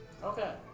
Okay